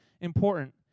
important